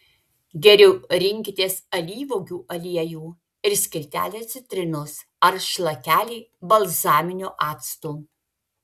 geriau rinkitės alyvuogių aliejų ir skiltelę citrinos ar šlakelį balzaminio acto